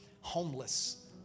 homeless